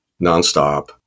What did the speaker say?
nonstop